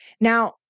Now